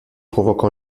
provoque